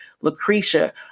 Lucretia